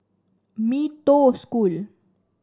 Mee Toh School